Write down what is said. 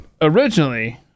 originally